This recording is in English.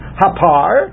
hapar